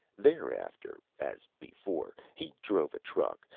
thereafter, as before, he drove a truck,